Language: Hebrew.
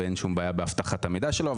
ואין שום בעיה באבטחת המידע שלו,